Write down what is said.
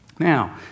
Now